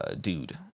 dude